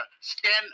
stand